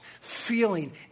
feeling